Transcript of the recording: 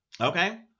okay